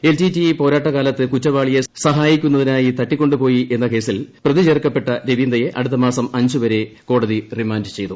L T T E പോരാട്ടകാലത്ത് കുറ്റവാളിയെ സഹായിക്കുന്നതിനായി തട്ടിക്കൊ ു പോയി എന്ന കേസിൽ പ്രതിചേർക്കപ്പെട്ട രൂപീന്ദ്രയെ അടുത്തമാസം അഞ്ചു വരെ കോടതി റിമാന്റ് ചെയ്തു